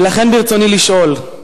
ולכן ברצוני לשאול: